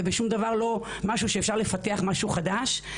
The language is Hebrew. זה בשום אופן לא משהו שאפשר לפתח באמצעותו משהו חדש.